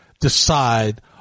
decide